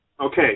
Okay